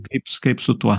kaip s kaip su tuo